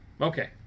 Okay